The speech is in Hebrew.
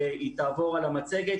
היא תעבור על המצגת,